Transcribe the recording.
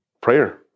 Prayer